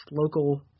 local